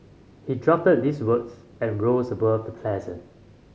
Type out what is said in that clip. he drafted these words and rose above the present